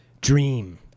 dream